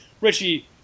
Richie